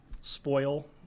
spoil